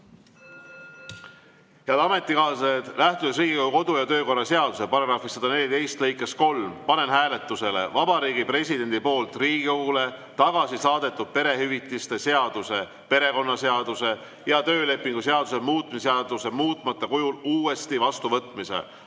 Head ametikaaslased! Lähtudes Riigikogu kodu‑ ja töökorra seaduse § 114 lõikest 3, panen hääletusele Vabariigi Presidendi poolt Riigikogule tagasi saadetud perehüvitiste seaduse, perekonnaseaduse ja töölepingu seaduse muutmise seaduse muutmata kujul uuesti vastuvõtmise.